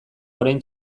orain